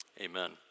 Amen